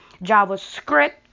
JavaScript